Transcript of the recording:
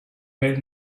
made